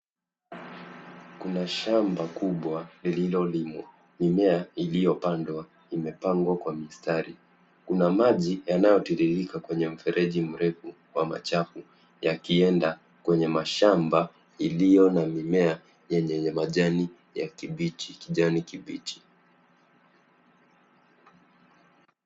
Kuna shamba kubwa lililolimwa. Mimea iliyopandwa imepangwa kwa mistari. Kuna maji yanayotiririka kwenye mfereji mrefu wa machafu yakienda kwenye mashamba iliyo na mimea yenye majani ya kijani kibichi.